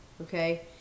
Okay